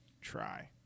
try